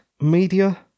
media